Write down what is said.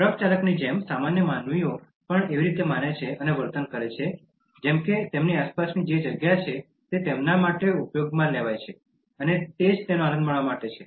truck ચાલકની જેમ સામાન્ય માનવીઓ પણ એવી રીતે માને છે અને વર્તન કરે છે જેમ કે તેમની આસપાસની જે જગ્યા છે તે તેમના માટે ઉપયોગમાં લેવાય છે અને તે તેનો આનંદ માણવા માટે છે